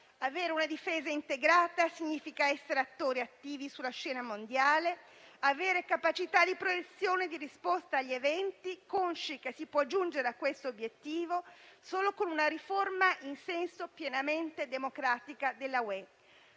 Avere una difesa integrata significa essere attori attivi sulla scena mondiale, avere capacità di proiezione e di risposta agli eventi, consci che si può raggiungere questo obiettivo solo con una riforma in senso pienamente democratico dell'Unione.